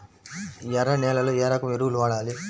ఎర్ర నేలలో ఏ రకం ఎరువులు వాడాలి?